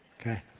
Okay